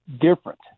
different